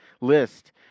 list